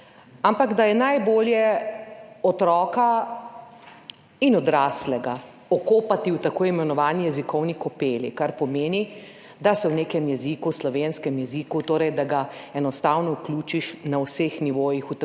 področju – najbolje otroka, in odraslega, okopati v tako imenovani jezikovni kopeli, kar pomeni, da ga v nekem jeziku, v slovenskem jeziku torej, enostavno vključiš na vseh nivojih v tako